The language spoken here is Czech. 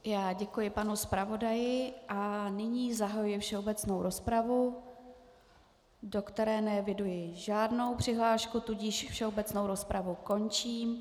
Já děkuji panu zpravodaji a nyní zahajuji všeobecnou rozpravu, do které neeviduji žádnou přihlášku, tudíž všeobecnou rozpravu končím.